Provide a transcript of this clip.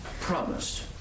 promised